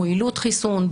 מועילות חיסון,